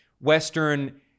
Western